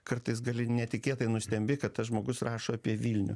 kartais gali netikėtai nustembi kad tas žmogus rašo apie vilnių